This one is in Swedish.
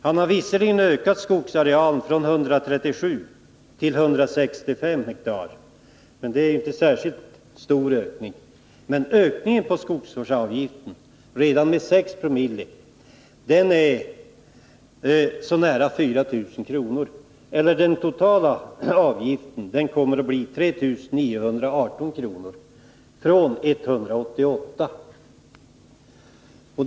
Han har visserligen ökat skogsarealen från 137 till 165 hektar, men det är inte någon särskilt stor ökning. Ökningen på skogsvårdsavgiften, redan vid 6 Zoo, är nära 4 000 kr. Den totala avgiften går upp från 188 kr. till 3 918 kr.